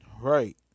Right